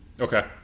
Okay